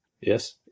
Yes